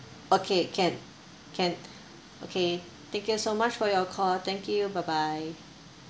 okay can can okay thank you so much for your call thank you bye bye